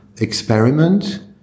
experiment